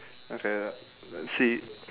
okay let let's see